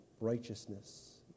righteousness